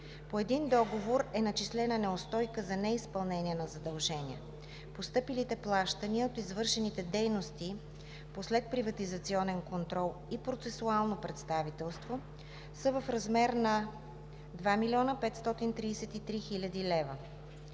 По един договор е начислена неустойка за неизпълнение на задължения. Постъпилите плащания от извършените дейности по следприватизационен контрол и процесуално представителство са в размер на 2 млн. 533 хил. лв.